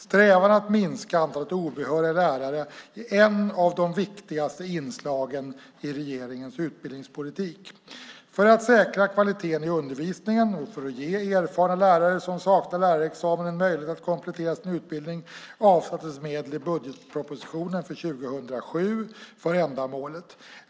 Strävan att minska antalet obehöriga lärare i skolan är ett av de viktigaste inslagen i regeringens utbildningspolitik. För att säkra kvaliteten i undervisningen och för att ge erfarna lärare som saknar lärarexamen en möjlighet att komplettera sin utbildning avsattes medel i budgetpropositionen för 2007 för ändamålet.